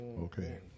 Okay